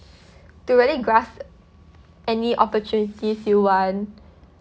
to really grasp any opportunities you want